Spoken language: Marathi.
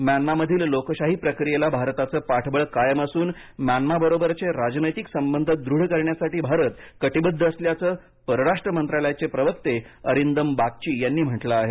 म्यानमारमधील लोकशाही प्रक्रियेला भारताचे पाठबळ कायम असून म्यानमारबरोबरचे राजनैतिक संबध दृढ करण्यासाठी भारत कटिबद्ध असल्याचं परराष्ट्र मंत्रालयाचे प्रवक्ते अरिंदम बागची यांनी म्हटलं आहे